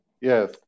yes